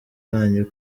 banyu